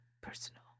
Personal